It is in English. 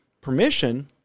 permission